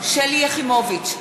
שלי יחימוביץ,